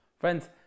Friends